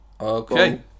okay